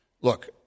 look